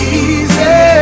easy